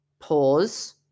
pause